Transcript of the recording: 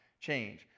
change